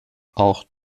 auch